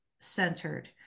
centered